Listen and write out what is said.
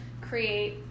create